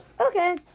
Okay